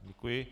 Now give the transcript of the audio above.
Děkuji.